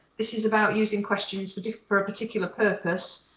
this is about using questions but for a particular purpose,